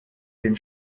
den